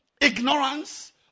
ignorance